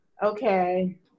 Okay